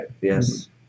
Yes